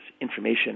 information